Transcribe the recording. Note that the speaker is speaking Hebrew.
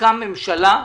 תוקם ממשלה,